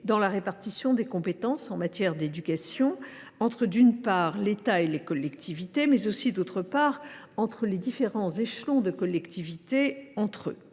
de la répartition des compétences en matière d’éducation entre, d’une part, l’État et les collectivités et, d’autre part, les différents échelons de collectivités entre eux.